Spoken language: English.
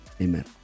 amen